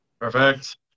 Perfect